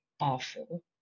awful